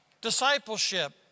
Discipleship